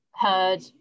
heard